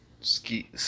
Ski